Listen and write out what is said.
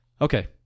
Okay